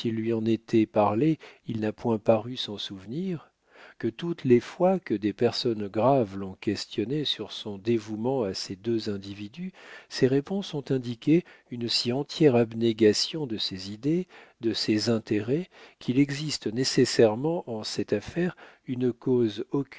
lui en a été parlé il n'a point paru s'en souvenir que toutes les fois que des personnes graves l'ont questionné sur son dévouement à ces deux individus ses réponses ont indiqué une si entière abnégation de ses idées de ses intérêts qu'il existe nécessairement en cette affaire une cause